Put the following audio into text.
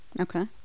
Okay